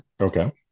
Okay